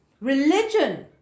religion